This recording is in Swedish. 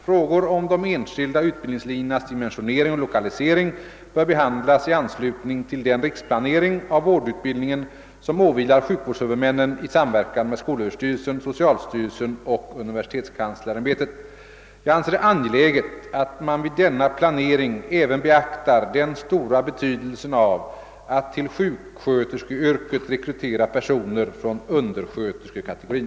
Frågor om de enskilda utbildningslinjernas dimensionering och lokalisering bör behandlas i anslutning till den riksplanering av vårdutbildningen, som åvilar sjukvårdshuvudmännen i samverkan med skolöverstyrelsen, socialstyrelsen och universitetskanslersämbetet. Jag anser det angeläget att man vid denna planering även beaktar den stora betydelsen av att till sjuksköterskeyrket rekrytera personal från undersköterskekategorin.